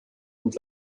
und